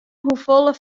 hoefolle